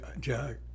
Jack